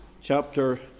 chapter